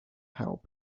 help